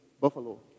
Buffalo